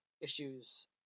issues